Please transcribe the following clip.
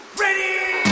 ready